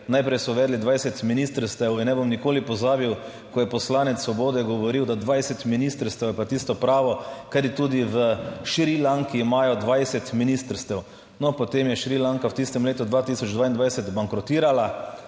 Najprej so uvedli 20 ministrstev in ne bom nikoli pozabil, ko je poslanec Svobode govoril, da 20 ministrstev je pa tisto pravo, kajti tudi v Šrilanki imajo 20 ministrstev. No, potem je Šrilanka v tistem letu 2022 bankrotirala.